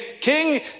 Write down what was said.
king